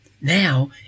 Now